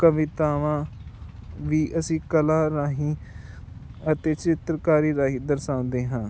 ਕਵਿਤਾਵਾਂ ਵੀ ਅਸੀਂ ਕਲਾ ਰਾਹੀਂ ਅਤੇ ਚਿੱਤਰਕਾਰੀ ਰਾਹੀਂ ਦਰਸਾਉਂਦੇ ਹਾਂ